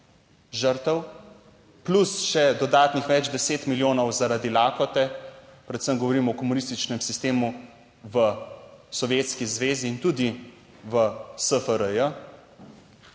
žrtev, plus še dodatnih več deset milijonov zaradi lakote. Predvsem govorimo o komunističnem sistemu v Sovjetski zvezi in tudi v SFRJ.